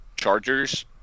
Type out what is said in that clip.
Chargers